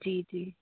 जी जी